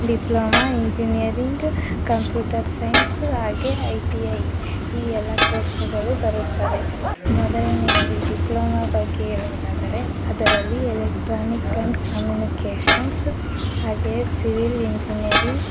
diploma engineering computer science ಹಾಗೆಯೇ I T I ಈ ಎಲ್ಲ ಕೋರ್ಸ್ಗಳು ಬರುತ್ತವೆ ಮೊದಲನೆಯದಾಗಿ ಡಿಪ್ಲೊಮಾ ಬಗ್ಗೆ ಹೇಳುವುದಾದರೆ ಅದರಲ್ಲಿ ಎಲೆಕ್ಟ್ರಾನಿಕ್ ಆ್ಯಂಡ್ ಕಮ್ಯುನಿಕೇಷನ್ಸ್ ಹಾಗೆಯೇ ಸಿವಿಲ್ ಇಂಜಿನಿಯರಿಂಗ್